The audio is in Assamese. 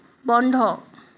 বন্ধ